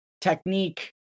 technique